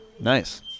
Nice